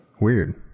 Weird